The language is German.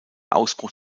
ausbruch